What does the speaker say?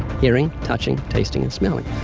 hearing, touching, tasting, and smelling.